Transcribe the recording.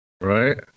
Right